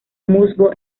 musgo